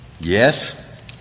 Yes